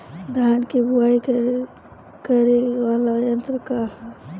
धान के बुवाई करे वाला यत्र का ह?